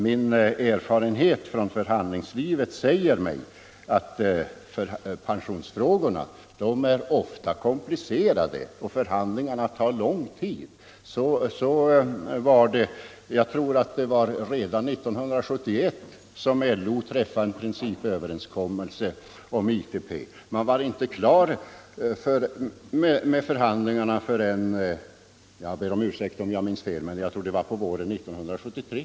Min erfarenhet från förhandlingslivet säger mig att pensionsfrågorna ofta är komplicerade och att förhandlingarna tar lång tid. Jag tror att det var redan 1971 som LO träffade en principöverenskommelse om ITP, men förhandlingarna blev inte klara förrän på — jag ber om ursäkt om jag minns fel — våren 1973.